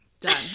Done